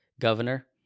governor